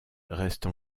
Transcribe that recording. reste